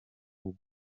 ngaho